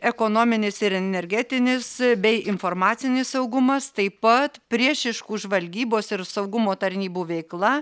ekonominis ir energetinis bei informacinis saugumas taip pat priešiškų žvalgybos ir saugumo tarnybų veikla